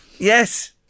Yes